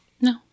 No